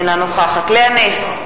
אינה נוכחת לאה נס,